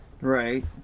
Right